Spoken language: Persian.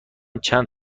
چند